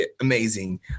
amazing